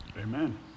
Amen